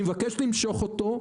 אני מבקש למשוך אותו.